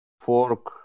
Fork